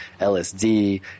LSD